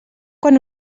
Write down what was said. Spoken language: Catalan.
quan